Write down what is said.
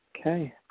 Okay